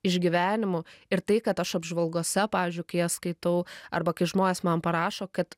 išgyvenimų ir tai kad aš apžvalgose pavyzdžiui kai jas skaitau arba kai žmonės man parašo kad